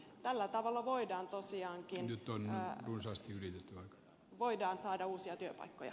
tällä tavalla voidaan tosiaankin tuon määrän runsaasti niin vaikea saada uusia työpaikkoja